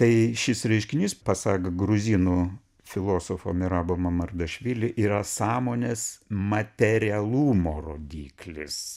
tai šis reiškinys pasak gruzinų filosofo merabo mamardašvili yra sąmonės materialumo rodiklis